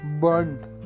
burned